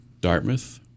Dartmouth